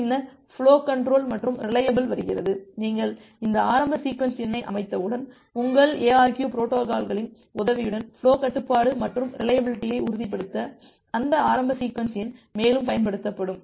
பின்னர் flow control மற்றும் reliable வருகிறது நீங்கள் இந்த ஆரம்ப சீக்வென்ஸ் எண்ணை அமைத்தவுடன் உங்கள் எஆர்கியு பொரோட்டோகால்களின் உதவியுடன் ஃபுலோ கட்டுப்பாடு மற்றும் ரிலையபில்டியை உறுதிப்படுத்த அந்த ஆரம்ப சீக்வென்ஸ் எண் மேலும் பயன்படுத்தப்படும்